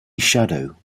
shadow